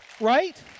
right